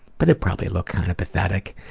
but it probably looked kind of pathetic.